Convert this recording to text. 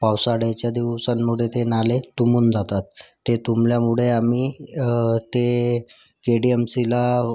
पावसाळ्याच्या दिवसांमुळे ते नाले तुंबून जातात ते तुंबल्यामुळे आम्ही ते के डी एम सीला